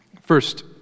First